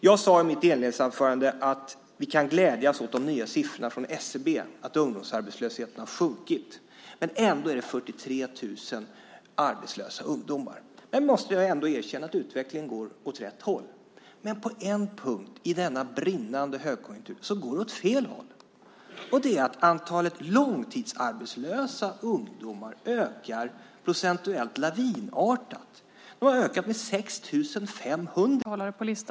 Jag sade i mitt inledningsanförande att vi kan glädjas åt de nya siffrorna från SCB om att ungdomsarbetslösheten har sjunkit. Ändå finns 43 000 arbetslösa ungdomar. Jag måste ändå erkänna att utvecklingen går åt rätt håll. Men på en punkt i denna brinnande högkonjunktur går det åt fel håll, nämligen att antalet långtidsarbetslösa ungdomar ökar procentuellt lavinartat. De har ökat med 6 500, samtidigt som den generella ungdomsarbetslösheten sjunker. Berätta vad det beror på.